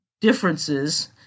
differences